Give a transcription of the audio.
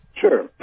sure